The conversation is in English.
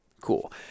Cool